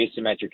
asymmetric